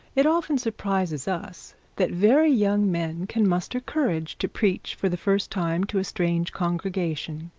it often surprises us that very young men can muster courage to preach for the first time to a strange congregation.